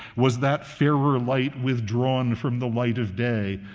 was that fairer light withdrawn from the light of day.